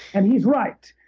and he's right.